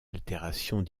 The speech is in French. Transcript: altérations